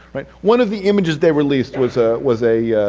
but one of the images they released was a was a